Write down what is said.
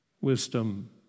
wisdom